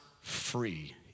free